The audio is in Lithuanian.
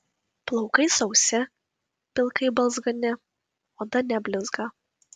plaukai sausi pilkai balzgani oda neblizga